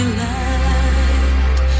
light